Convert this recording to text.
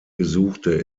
gesuchte